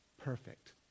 perfect